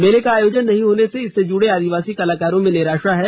मेले का आयोजन नहीं होने से इससे जुड़े आदिवासी कलाकारों में निराशा है